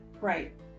Right